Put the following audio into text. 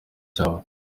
cyawo